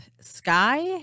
sky